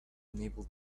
unable